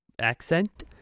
accent